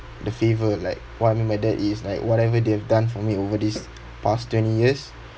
the favour like what I mean by that is like whatever they've done for me over these past twenty years